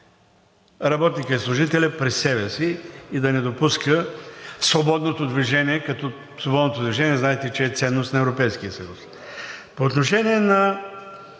работника и служителя при себе си и да не допуска свободното движение – знаете, че свободното движение е ценност на Европейския съюз. По отношение на